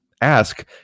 ask